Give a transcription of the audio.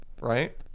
right